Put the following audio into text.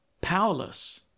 powerless